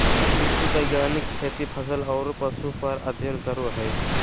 कृषि वैज्ञानिक खेती, फसल आरो पशु पर अध्ययन करो हइ